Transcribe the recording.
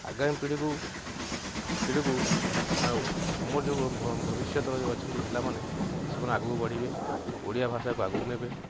ଆଗାମୀ ପିଢ଼ିକୁ ପିଢ଼ିକୁ ଆମର ଯେଉଁ ଭବିଷ୍ୟତର ଯେଉଁ ଅଛନ୍ତି ପିଲାମାନେ ସେମାନେ ଆଗକୁ ବଢ଼ିବେ ଓଡ଼ିଆ ଭାଷାକୁ ଆଗକୁ ନେବେ